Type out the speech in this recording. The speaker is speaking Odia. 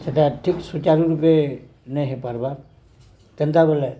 ସେଟା ଠିକ ସୁଚାରୁରୂପେ ନାଇଁ ହେଇପାର୍ବାର୍ କେନ୍ତା ବୋଇଲେ